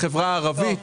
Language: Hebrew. בחברה הערבית.